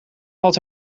had